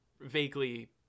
Vaguely